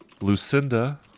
Lucinda